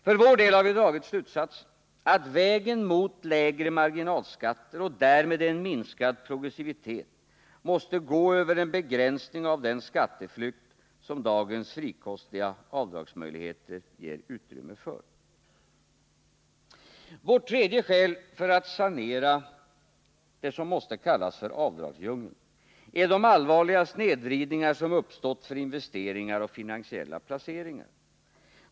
För vår del har vi dragit slutsatsen att vägen mot lägre marginalskatter och därmed en minskad progressivitet måste gå över en begränsning av den skatteflykt som dagens frikostiga avdragsmöjligheter ger utrymme för. Vårt tredje skäl för att sanera i det som måste kallas för avdragsdjungeln är de allvarliga snedvridningar som uppstått för investeringar och finansiella placeringar.